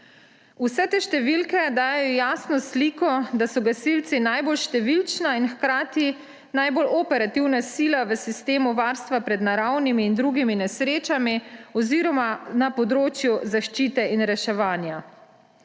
Vse te številke dajejo jasno sliko, da so gasilci najbolj številna in hkrati najbolj operativna sila v sistemu varstva pred naravnimi in drugimi nesrečami oziroma na področju zaščite in reševanja.